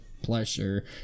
Pleasure